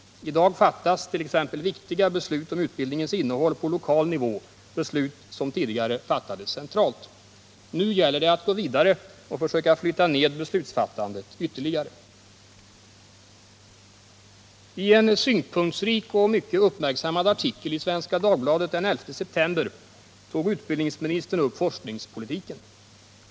I dag fattas t.ex. viktiga beslut om utbildningens innehåll på lokal nivå, beslut som tidigare fattades centralt. Nu gäller det att gå vidare och försöka ytterligare flytta ned beslutsfattandet. I en synpunktsrik och mycket uppmärksammad artikel i Svenska Dagbladet den 11 september tog utbildningsministern upp forskningspolitiken.